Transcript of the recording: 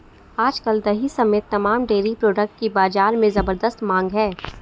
आज कल दही समेत तमाम डेरी प्रोडक्ट की बाजार में ज़बरदस्त मांग है